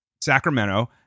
Sacramento